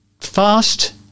fast